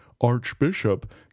Archbishop